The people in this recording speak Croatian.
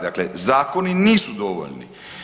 Dakle, zakoni nisu dovoljni.